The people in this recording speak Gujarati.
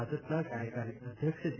ભાજપના કાર્યકારી અધ્યક્ષ જે